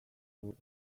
rude